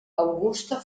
augusta